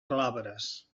glabres